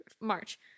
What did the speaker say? March